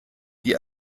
die